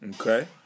Okay